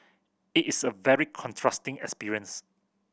it is a very contrasting experience